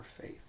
faith